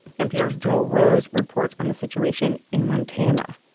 npr's joel rose reports on the situation in montana